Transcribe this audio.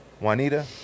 Juanita